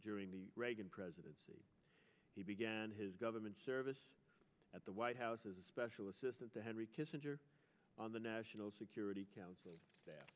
during the reagan presidency he began his government service at the white house as a special assistant to henry kissinger on the national security coun